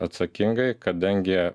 atsakingai kadangi